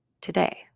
today